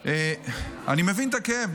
אני מבין את הכאב,